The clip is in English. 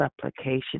supplication